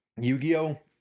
Yu-Gi-Oh